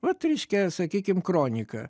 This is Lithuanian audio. vat reiškia sakykim kronika